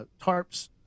tarps